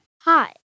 Hi